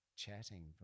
chatting